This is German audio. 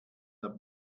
der